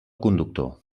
conductor